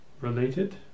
related